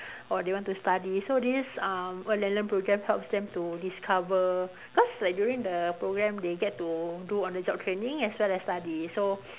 or they want to study so this um earn and learn program helps them to discover cause like during the program they get to do on the job training as well as study so